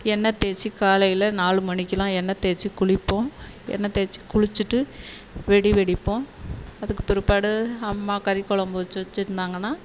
எண்ணெய் தேய்ச்சி காலையில் நாலு மணிக்கெல்லாம் எண்ணெய் தேய்ச்சி குளிப்போம் எண்ணெய் தேய்ச்சி குளிச்சுட்டு வெடி வெடிப்போம் அதுக்கு பிற்பாடு அம்மா கறிகுழம்பு வச்சு வச்சுருந்தாங்கனா